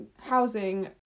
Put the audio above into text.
housing